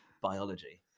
biology